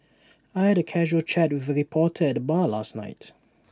I had A casual chat with A reporter at the bar last night